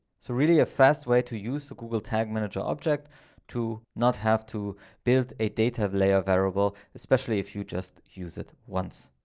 so really a fast way to use google tag manager object to not have to build a data layer variable, especially if you just use it once.